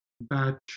batch